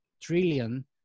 trillion